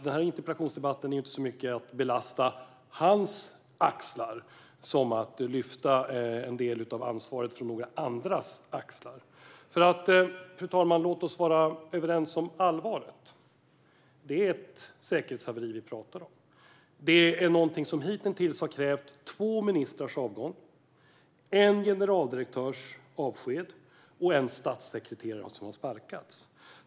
Denna interpellationsdebatt handlar inte så mycket om att belasta hans axlar som att lyfta fram en del av ansvaret som vilar på några andras axlar. Fru talman! Låt oss vara överens om allvaret. Det är ett säkerhetshaveri som vi talar om. Det är någonting som hitintills har krävt att två ministrar har avgått, att en generaldirektör har avskedats och att en statssekreterare har sparkats.